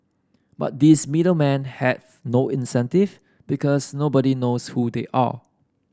but these middle man have no incentive because nobody knows who they are